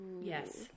Yes